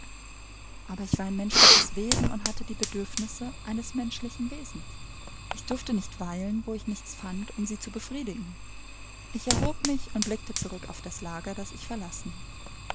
aber ich war ein menschliches wesen und hatte die bedürfnisse eines menschlichen wesens ich durfte nicht weilen wo ich nichts fand um sie zu befriedigen ich erhob mich und blickte zurück auf das lager das ich verlassen